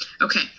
okay